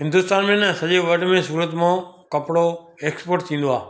हिंदुस्तान में न सॼे वल्ड में सूरत मां कपिड़ो एक्सपोट थींदो आहे